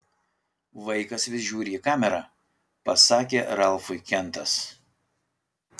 vaikas vis žiūri į kamerą pasakė ralfui kentas